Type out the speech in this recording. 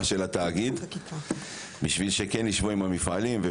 של התאגיד בשביל שכן ישבו עם המפעלים.